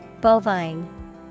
Bovine